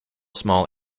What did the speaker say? small